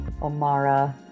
Omara